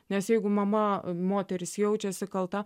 nes jeigu mama moteris jaučiasi kalta